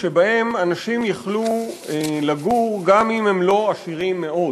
שאנשים יכלו לגור בהם גם אם הם לא עשירים מאוד.